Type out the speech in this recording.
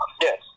Yes